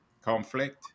conflict